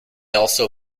also